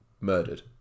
murdered